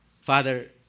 Father